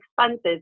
expenses